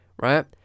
right